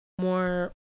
more